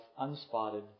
unspotted